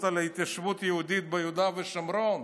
על ההתיישבות היהודית ביהודה ושומרון?